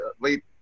late